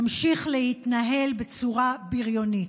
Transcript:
ממשיך להתנהל בצורה בריונית.